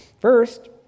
first